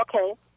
Okay